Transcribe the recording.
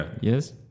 Yes